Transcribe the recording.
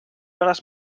hores